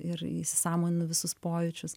ir įsisąmoninu visus pojūčius